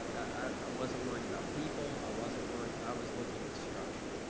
i um wasn't worried about people, i wasn't worried, i was looking at structure.